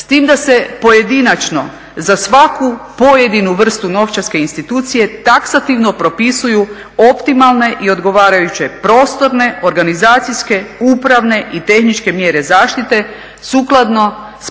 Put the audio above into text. s tim da se pojedinačno za svaku pojedinu vrstu novčarske institucije taksativno propisuju optimalne i odgovarajuće prostorne, organizacijske, upravne i tehničke mjere zaštite sukladno